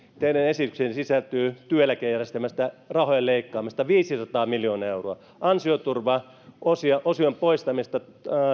teidän esitykseenne sisältyy työeläkejärjestelmästä rahojen leikkaamista viisisataa miljoonaa euroa ansioturvaosion poistamista